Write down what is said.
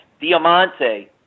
Diamante